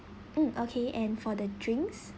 mm okay and for the drinks